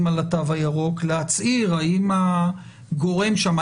לפי התו הירוק להצהיר האם הגורם שם,